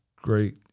Great